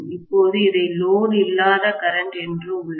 இப்போது இதை லோடு இல்லாத கரண்ட் என்று உள்ளது